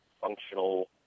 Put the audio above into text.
functional